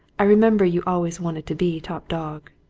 i remember you always wanted to be top dog!